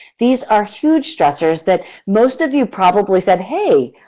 these are huge stressors that most of you probably said, hey,